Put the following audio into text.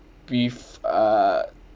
with uh